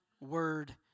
Word